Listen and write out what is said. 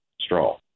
straw